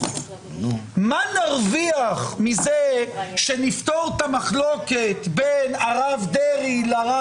מה נרוויח מזה שנפתור את המחלוקת בין הרב יהודה דרעי לרב